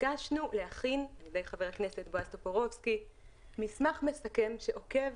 התבקשנו להכין על ידי ח"כ בועז טופורובסקי מסמך מסכם שעוקב